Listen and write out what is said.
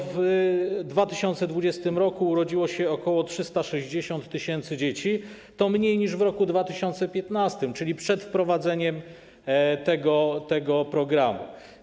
W 2020 r. urodziło się ok. 360 tys. dzieci, a to mniej niż w roku 2015, czyli przed wprowadzeniem tego programu.